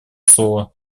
слово